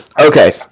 Okay